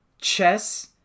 Chess